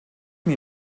mir